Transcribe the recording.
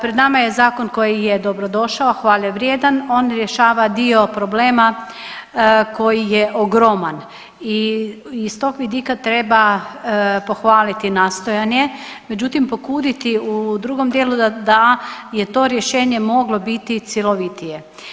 Pred nama je zakon koji je dobrodošao, hvale vrijedan, on rješava dio problema koji je ogroman i iz tog vidika treba pohvaliti nastojanje, međutim pokuditi u drugom dijelu da je to rješenje moglo biti cjelovitije.